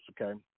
okay